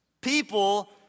People